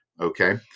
Okay